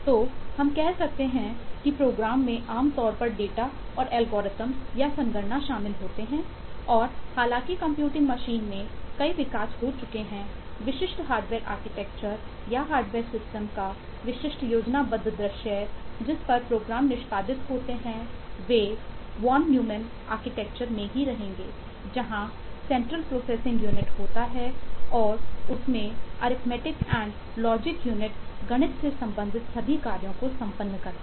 तो हम कह सकते हैं कि प्रोग्राम गणित से संबंधित सभी कार्यों को संपन्न करता है